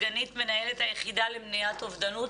סגנית מנהלת היחידה למניעת אובדנות.